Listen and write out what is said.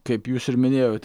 kaip jūs ir minėjot